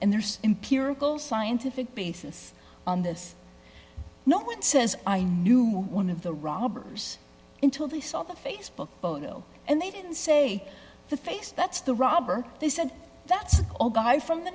and there's empirical scientific basis on this no one says i knew one of the robbers into they saw the facebook photo and they didn't say the face that's the robber they said that's all guy from the